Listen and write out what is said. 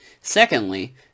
Secondly